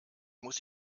muss